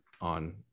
on